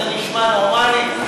זה נשמע נורמלי?